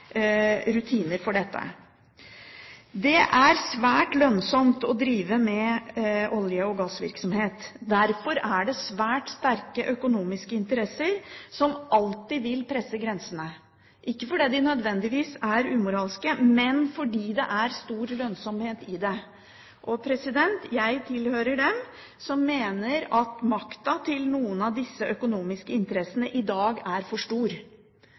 rutiner for dette. Det er svært lønnsomt å drive med olje- og gassvirksomhet. Derfor er det svært sterke økonomiske interesser som alltid vil presse grensene, ikke fordi de nødvendigvis er umoralske, men fordi det er stor lønnsomhet i det. Jeg tilhører dem som mener at makta til noen av disse økonomiske interessene i dag er for